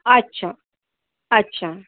अच्छा अच्छा